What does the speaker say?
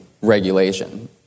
regulation